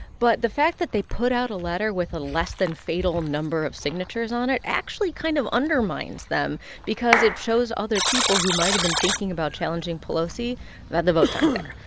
but the fact that they put out a letter with a less-than-fatal number of signatures on it actually kind of undermines them because it shows other people who might have been thinking about challenging pelosi that the votes aren't there.